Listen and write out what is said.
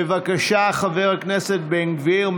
בבקשה, חבר הכנסת בן גביר.